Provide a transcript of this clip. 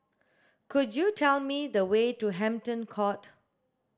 could you tell me the way to Hampton Court